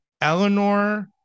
Eleanor